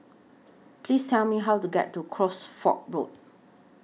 Please Tell Me How to get to Cosford Road